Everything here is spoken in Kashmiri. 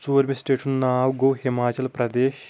ژوٗرمہِ سِٹیٹہِ ہُںٛد ناو گوٚو ہِماچَل پرٛدیش